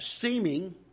seeming